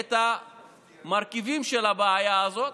את המרכיבים של הבעיה הזאת